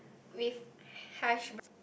with hash